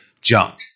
junk